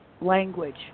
language